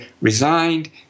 resigned